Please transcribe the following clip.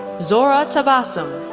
zohra tabassum,